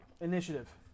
Initiative